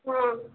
हँ